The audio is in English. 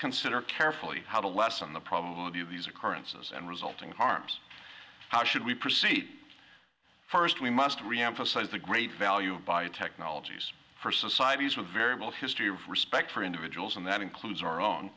consider carefully how to lessen the probability of these occurrences and resulting harms how should we proceed first we must reemphasize the great value by technologies for societies with very little history of respect for individuals and that includes our own